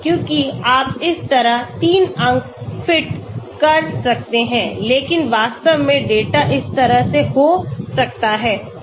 क्योंकि आप इस तरह 3 अंक फिट कर सकते हैं लेकिन वास्तव में डेटा इस तरह से हो सकता है